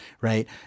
right